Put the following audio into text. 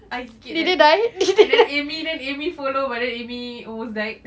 ice skate at and then amy amy follow but then amy almost died